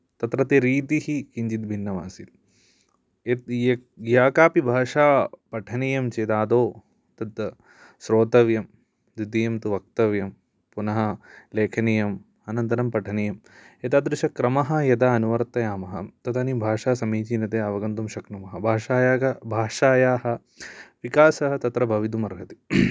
तत्रत्य रीतिः किञ्चित् भिन्नमासीत् यत् यद् या कापि भाषा पठनीयं चेत् आदौ तत् श्रोतव्यं द्वितीयं तु वक्तव्यं पुनः लेखनीयम् अनन्तरं पठनीयम् एतादृशक्रमः यदा अनुवर्तयामः तदानीं भाषा समीचीनतया अवगन्तुं शक्नुमः भाषायाः विकासः तत्र भवितुमर्हति